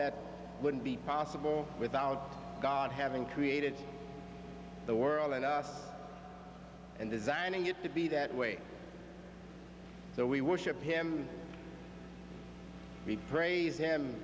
that wouldn't be possible without god having created the world and us and designing it to be that way we worship him we praise him